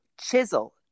chisel